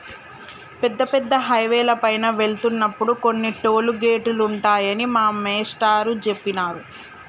పెద్ద పెద్ద హైవేల పైన వెళ్తున్నప్పుడు కొన్ని టోలు గేటులుంటాయని మా మేష్టారు జెప్పినారు